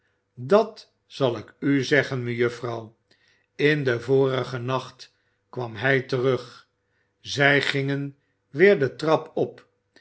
dat zal ik u zeggen mejuffrouw in den vorigen nacht kwam hij terug zij gingen weer de trap op